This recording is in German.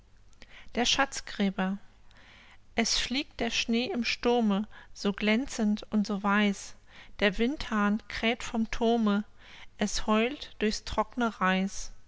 der schatzgräber es fliegt der schnee im sturme so glänzend und so weiß der windhahn kräht vom thurme es heult durch's trockne reis